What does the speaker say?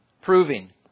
Proving